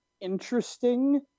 interesting